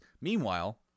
Meanwhile